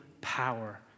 power